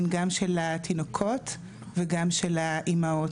הבריאות הכללית גם של התינוקות וגם של התינוקות.